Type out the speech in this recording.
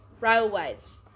railways